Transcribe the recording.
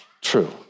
true